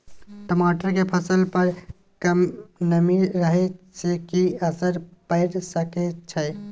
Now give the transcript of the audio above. टमाटर के फसल पर कम नमी रहै से कि असर पैर सके छै?